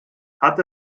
hat